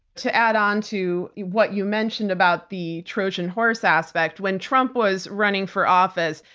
to add on to what you mentioned about the trojan horse aspect, when trump was running for office,